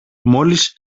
μόλις